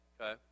Okay